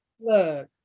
look